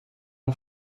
mon